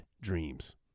dreams